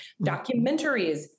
Documentaries